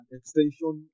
extension